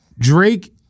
Drake